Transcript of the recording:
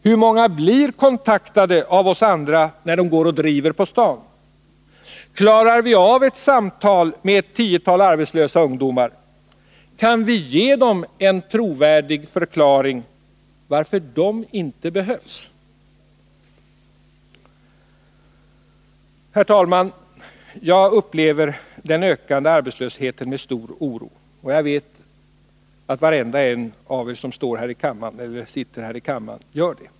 Hur många blir kontaktade av oss andra när de går och driver på stan? Klarar vi av ett samtal med ett tiotal arbetslösa ungdomar? Kan vi ge dem en trovärdig förklaring till att de inte behövs? Herr talman! Jag upplever den ökande arbetslösheten med stor oro, och jag vet att varenda en av er som sitter här i kammaren gör detsamma.